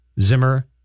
Zimmer